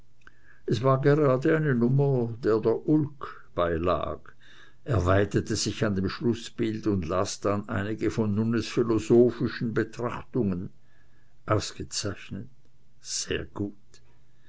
es war gerade eine nummer der der ulk beilag er weidete sich an dem schlußbild und las dann einige von nunnes philosophischen betrachtungen ausgezeichnet sehr gut